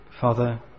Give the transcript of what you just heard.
Father